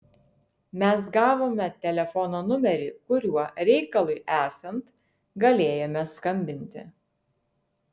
mes gavome telefono numerį kuriuo reikalui esant galėjome skambinti